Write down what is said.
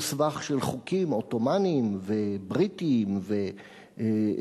שהוא סבך של חוקים עות'מאניים ובריטיים וירדניים.